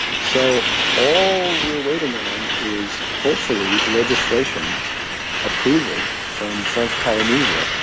so all we are waiting on is hopefully legislation approval from french polynesia.